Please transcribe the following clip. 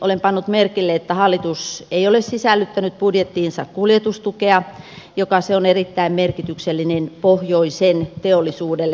olen pannut merkille että hallitus ei ole sisällyttänyt budjettiinsa kuljetustukea joka on erittäin merkityksellinen pohjoisen teollisuudelle